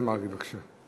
חבר הכנסת מרגי, בבקשה.